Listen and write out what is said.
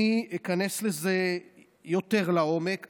אני איכנס לזה יותר לעומק.